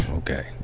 Okay